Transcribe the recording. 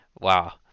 wow